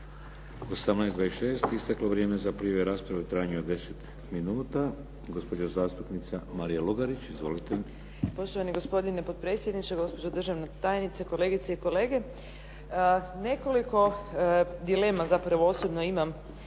18,26 isteklo vrijeme za prijavu rasprave u trajanju od 10 minuta. Gospođa zastupnica Marija Lugarić. Izvolite. **Lugarić, Marija (SDP)** Poštovani gospodine potpredsjedniče, gospođo državna tajnice, kolegice i kolege. Nekoliko dilema, zapravo osobno imam